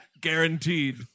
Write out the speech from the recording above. Guaranteed